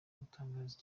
gutangaza